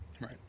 Right